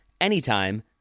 anytime